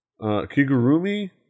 Kigurumi